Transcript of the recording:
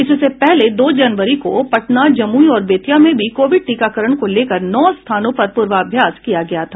इससे पहले दो जनवरी को पटना जमुई और बेतिया में भी कोविड टीकाकरण को लेकर नौ स्थानों पर पूर्वाभ्यास किया गया था